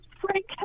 Frank